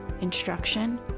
instruction